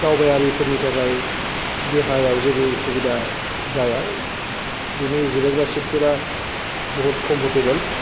दावबायारिफोरनि थाखाय देहायाव जेबो उसुबिदा जाया बिनि जिरायग्रा सिटफोरा बहुत कम्फरटेबोल